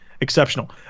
exceptional